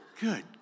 Good